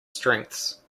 strengths